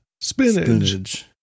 Spinach